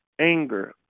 anger